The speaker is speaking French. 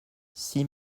six